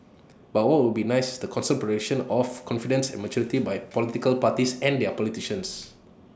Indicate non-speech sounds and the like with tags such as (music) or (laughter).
but what would be nice is the consistent (unintelligible) of confidence and maturity by political parties and their politicians